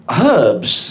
herbs